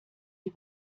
die